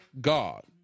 God